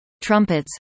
Trumpets